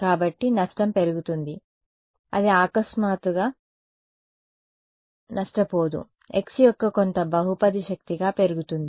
కాబట్టి నష్టం పెరుగుతుంది అది అకస్మాత్తుగా నష్టపోదు x యొక్క కొంత బహుపది శక్తిగా పెరుగుతుంది